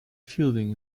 fielding